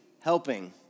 helping